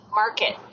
market